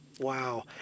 Wow